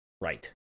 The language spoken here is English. right